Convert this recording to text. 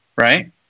Right